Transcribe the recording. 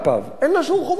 אין לה שום חובה כלפיו.